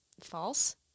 false